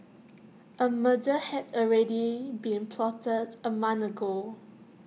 A murder had already been plotted A month ago